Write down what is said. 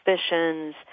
suspicions